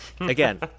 Again